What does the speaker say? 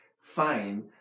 fine